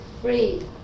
free